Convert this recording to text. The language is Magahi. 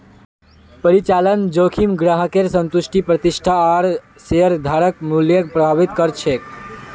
परिचालन जोखिम ग्राहकेर संतुष्टि प्रतिष्ठा आर शेयरधारक मूल्यक प्रभावित कर छेक